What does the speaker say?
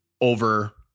over